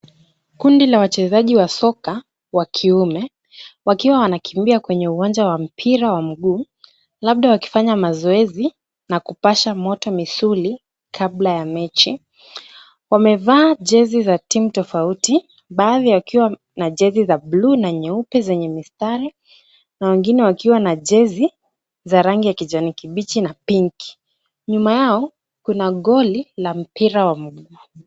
Kundi la wachezaji wa soka wa kiume, wakiwa wanakimbia kwenye uwanja wa mpira wa miguu labda wakifanya mazoezi na kupasha moto misuli kabla ya mechi. Wamevaa jezi za timu tofauti, baadhi wakiwa na jezi za buluu na nyeupe zenye mistari, na wengine wakiwa na jezi za rangi ya kijani kibichi na pia pinki. Nyuma yao kuna goli la mpira wa mguu.